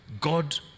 God